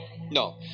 No